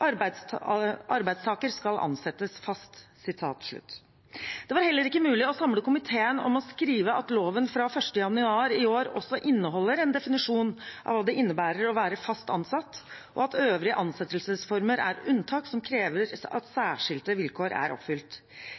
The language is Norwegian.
«Arbeidstaker skal ansettes fast.» Det var heller ikke mulig å samle komiteen om å skrive at loven fra 1. januar i år også inneholder en definisjon av hva det innebærer å være fast ansatt, og at øvrige ansettelsesformer er unntak som krever at særskilte vilkår er oppfylt